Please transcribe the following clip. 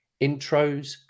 intros